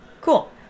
Cool